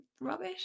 rubbish